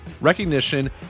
recognition